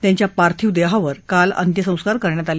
त्यांच्या पार्थिव देहावर काल अंत्यसंस्कार करण्यात आले